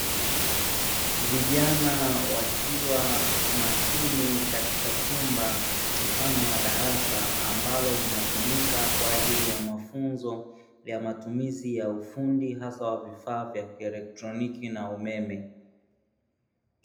Vijana wakiwa makini katika chumba mfano wa darasa, ambalo linatumika kwaajili ya mafunzo ya matumizi ya vifaa hasa vya kielektroniki na umeme.